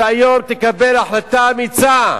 שהיום תקבל החלטה אמיצה,